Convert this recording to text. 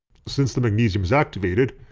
since the magnesium is activated,